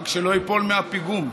רק שלא ייפול מהפיגום.